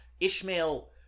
Ishmael